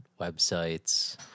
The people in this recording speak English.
websites